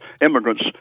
immigrants